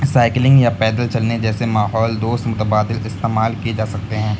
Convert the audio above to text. cycling یا پیدل چلنے جیسے ماحول دوست متبادل استعمال کیے جا سکتے ہیں